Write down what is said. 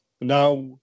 Now